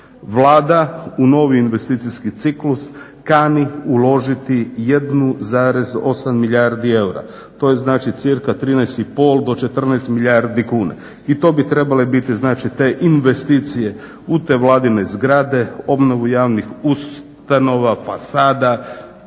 Vlada u novi investicijski ciklus kani uložiti 1,8 milijardi Eura. To je znači cirka 13 i pol do 14 milijardi kuna. I to bi trebale biti znači investicije u te vladine zgrade, obnovu javnih ustanova, fasada,